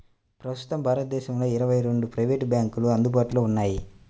ప్రస్తుతం భారతదేశంలో ఇరవై రెండు ప్రైవేట్ బ్యాంకులు అందుబాటులో ఉన్నాయి